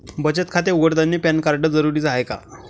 बचत खाते उघडतानी पॅन कार्ड जरुरीच हाय का?